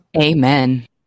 Amen